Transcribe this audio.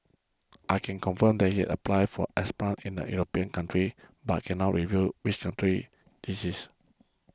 I can confirm he has applied for asylum in a European country but I cannot reveal which country this is